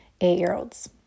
eight-year-olds